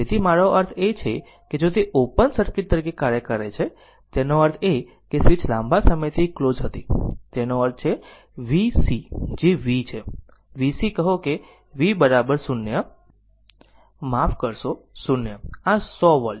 તેથી મારો અર્થ એ છે કે જો તે ઓપન સર્કિટ તરીકે કાર્ય કરે છે તેનો અર્થ એ કે સ્વીચ લાંબા સમયથી ક્લોઝ હતી તેનો અર્થ છે vc જે v છે vc કહો v 0 માફ કરશો 0 આ 100 વોલ્ટ